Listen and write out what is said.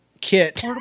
kit